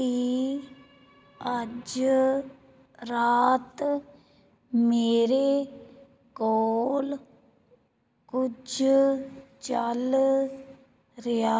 ਕੀ ਅੱਜ ਰਾਤ ਮੇਰੇ ਕੋਲ ਕੁਝ ਚੱਲ ਰਿਹਾ